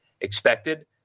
expected